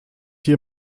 hier